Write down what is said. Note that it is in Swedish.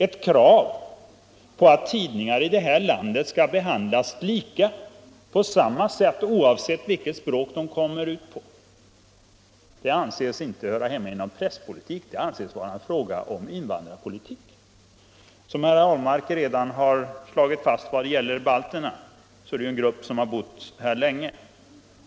Ett krav på att alla tidningar i detta land skall behandlas lika oavsett på vilket språk de utkommer anses inte höra hemma inom presspolitiken utan inom invandrarpolitiken. Herr Ahlmark har redan slagit fast att balterna är en grupp som har bott här länge.